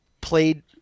played